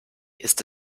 ist